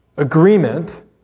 Agreement